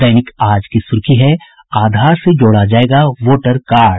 दैनिक आज की सुर्खी है आधार से जोड़ा जायेगा वोटर कार्ड